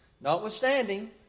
Notwithstanding